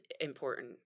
important